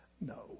No